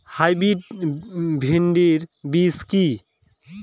Hybrid ভীন্ডি বীজ কি?